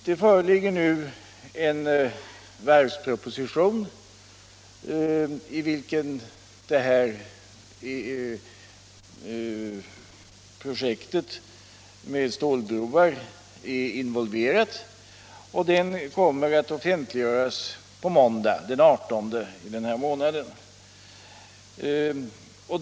Det föreligger nu en varvsproposition, i vilken detta projekt med stålbroar är involverat, och den kommer att offentliggöras på måndag, den 18 april.